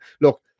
Look